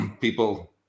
people